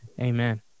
Amen